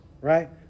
right